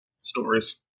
stories